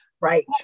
Right